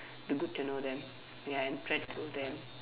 to good to know them ya and try to them